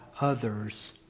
others